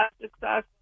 success